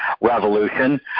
revolution